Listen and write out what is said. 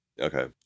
Okay